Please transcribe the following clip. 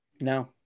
No